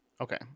Okay